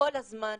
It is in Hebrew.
כל הזמן,